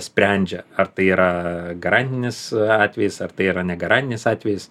sprendžia ar tai yra garantinis atvejis ar tai yra negarantinis atvejis